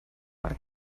per